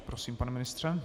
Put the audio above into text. Prosím, pane ministře.